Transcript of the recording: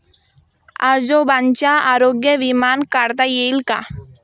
आजोबांचा आरोग्य विमा काढता येईल का?